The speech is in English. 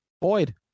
Boyd